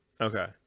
Okay